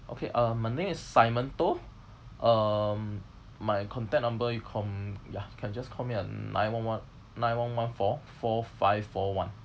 okay uh my name is simon toh um my contact number you call me ya you can just call me at nine one one nine one one four four five four one